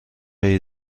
هایی